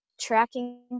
tracking